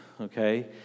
Okay